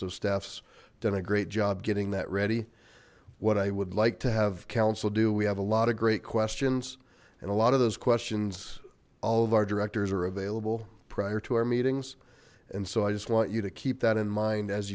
so staffs done a great job getting that ready what i would like to have counsel do we have a lot of great questions and a lot of those questions all of our directors are available prior to our meetings and so i just want you to keep that in mind as